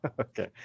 Okay